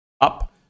up